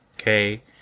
okay